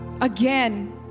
again